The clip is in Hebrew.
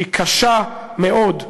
שהיא קשה מאוד.